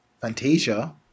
Fantasia